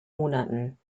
monaten